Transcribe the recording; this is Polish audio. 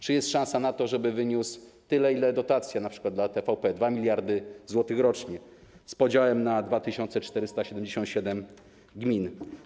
Czy jest szansa na to, żeby wyniósł tyle, ile wynosi np. dotacja dla TVP - 2 mld zł rocznie - z podziałem na 2477 gmin?